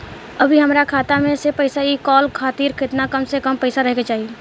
अभीहमरा खाता मे से पैसा इ कॉल खातिर केतना कम से कम पैसा रहे के चाही?